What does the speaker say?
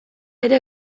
ere